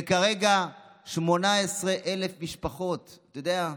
וכרגע 18,000 משפחות, אתה יודע,